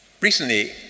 Recently